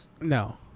No